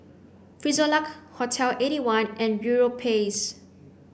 Frisolac Hotel eighty one and Europace